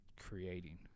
creating